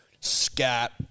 Scat